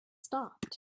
stopped